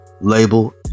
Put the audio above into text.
label